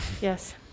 Yes